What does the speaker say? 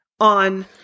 on